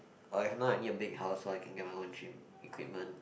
or if not I need a big house so I can get my own gym equipment